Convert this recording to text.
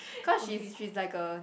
cause she's she's like a